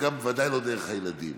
ובוודאי לא דרך הילדים.